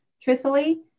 truthfully